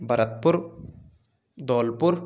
Bharatpur Dholpur